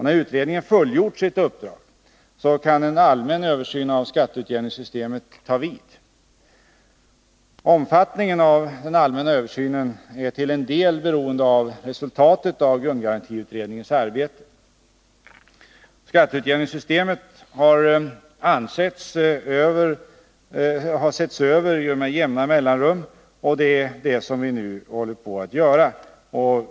När utredningen fullgjort sitt uppdrag, kan en allmän översyn av skatteutjämningssystemet ta vid. Omfattningen av den allmänna översynen är till en del beroende av resultatet av grundgarantiutredningens arbete. Skatteutjämningssystemet har setts över med jämna mellanrum, och det är en sådan översyn som vi också nu håller på att göra.